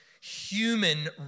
human